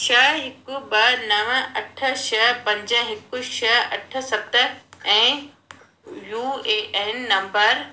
छ हिकु ॿ नव अठ छ पंज हिकु छह अठ सत ऐं यू ए एन नंबर